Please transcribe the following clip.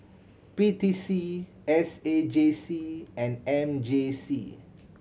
P T C S A J C and M J C